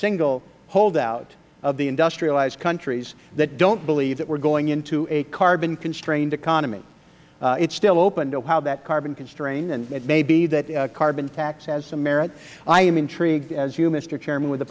single holdout of the industrialized countries that don't believe that we're going into a carbon constrained economy it is still open to how that carbon constrained and it maybe that carbon tax has some merit i am intrigued as you mister chairman with the